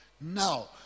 Now